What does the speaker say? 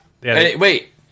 Wait